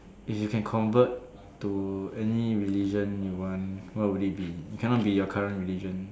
if you can convert to any religion you want what will it be cannot be your current religion